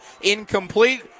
Incomplete